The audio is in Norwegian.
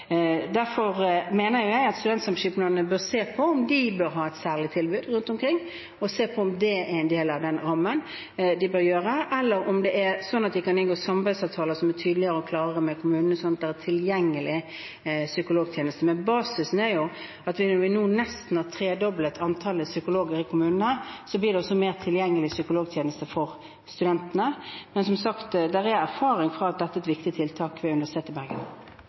derfor mener jeg at studentsamskipnadene bør se på om de bør ha et særlig tilbud rundt omkring, og se på om det er en del av den rammen de bør ha, eller om de kan inngå samarbeidsavtaler med kommunene som er tydeligere og klarere, slik at det er tilgjengelig psykologtjeneste. Men basisen er at når vi nå nesten har tredoblet antallet psykologer i kommunene, blir det også mer tilgjengelig psykologtjeneste for studentene. Men, som sagt, det er erfaring fra Universitetet i Bergen som viser at dette er et viktig tiltak.